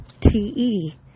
te